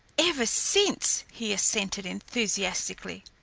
ever since, he assented enthusiastically.